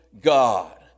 God